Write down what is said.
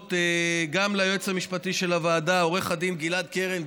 גם ליועץ המשפטי של הוועדה עו"ד גלעד קרן,